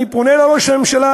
אני פונה לראש הממשלה,